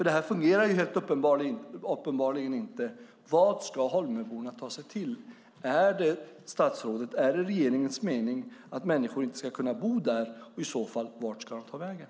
Det här fungerar uppenbarligen inte. Vad ska Holmöborna ta sig till? Är det regeringens mening att människor inte ska bo där? Vart ska de i så fall ta vägen?